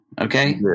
Okay